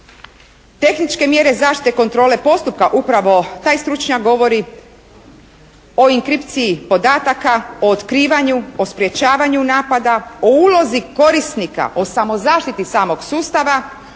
Tehničke mjere zaštite kontrole postupka upravo taj stručnjak govori o inkripciji podataka, o otkrivanju, o sprječavanju napada, o ulozi korisnika, o samozaštiti samog sustava,